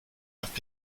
have